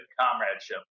comradeship